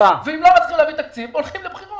ואם לא מצליחים להביא תקציב, הולכים לבחירות.